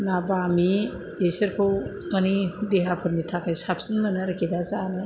ना बामि इसोरखौ मानि देहाफोरनि थाखाय साबसिन मोनो आरखि दा जानो